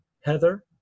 heather